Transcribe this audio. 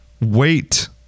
Wait